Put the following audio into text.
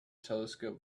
telescope